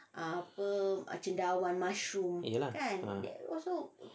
eat lah ah